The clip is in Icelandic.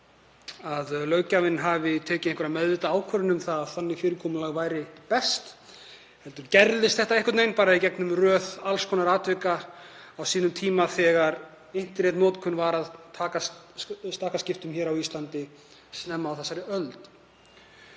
að löggjafinn tæki meðvitaða ákvörðun um að þannig fyrirkomulag væri best heldur gerðist þetta einhvern veginn bara í gegnum röð alls konar atvika á sínum tíma þegar internetnotkun var að taka stakkaskiptum á Íslandi snemma á þessari öld.